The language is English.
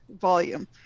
volume